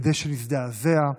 כדי שנזדעזע,